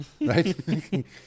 right